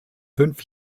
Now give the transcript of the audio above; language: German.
fünf